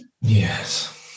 Yes